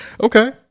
Okay